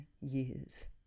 years